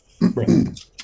Right